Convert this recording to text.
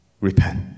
Repent